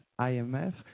IMF